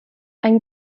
ein